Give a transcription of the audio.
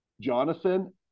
Jonathan